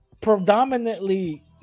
predominantly